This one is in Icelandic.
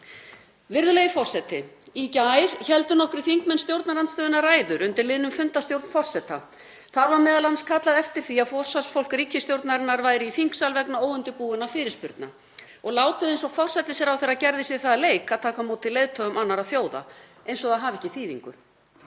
Virðulegi forseti. Í gær héldu nokkrir þingmenn stjórnarandstöðunnar ræður undir liðnum fundarstjórn forseta. Þar var m.a. kallað eftir því að forsvarsfólk ríkisstjórnarinnar væri í þingsal vegna óundirbúinna fyrirspurna og látið eins og forsætisráðherra gerði sér það að leik að taka á móti leiðtogum annarra þjóða, eins og það hafi ekki þýðingu.